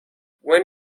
when